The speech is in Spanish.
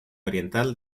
oriental